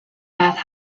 bath